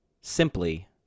Simply